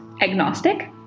agnostic